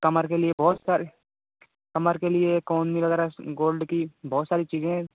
कमर के लिए बहुत सारी कमर के कोंडली वगैरह गोल्ड की बहुत सारी चीज़ें